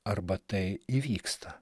arba tai įvyksta